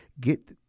get